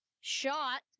Shot